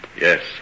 Yes